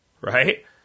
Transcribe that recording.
Right